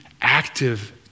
active